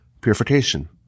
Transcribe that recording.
purification